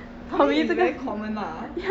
tommy is very common lah